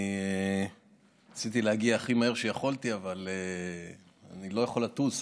אני רציתי להגיע הכי מהר שיכולתי אבל אני לא יכול לטוס,